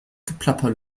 geplapper